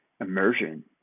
immersion